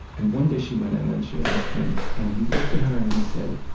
and one day, she went in and she asked him, and he looked at her and he said,